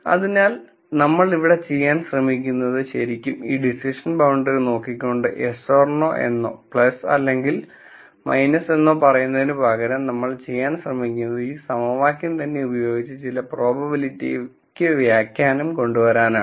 അതിനാൽ നമ്മൾ ഇവിടെ ചെയ്യാൻ ശ്രമിക്കുന്നത് ശരിക്കും ഈ ഡിസിഷൻ ബൌണ്ടറി നോക്കിക്കൊണ്ട് yes or no എന്നോ അല്ലെങ്കിൽ എന്നോ പറയുന്നതിനുപകരം നമ്മൾ ചെയ്യാൻ ശ്രമിക്കുന്നത് ഈ സമവാക്യം തന്നെ ഉപയോഗിച്ച് ചില പ്രോ ബബിലിറ്റിക്ക് വ്യാഖ്യാനം കൊണ്ടു വരാനാണ്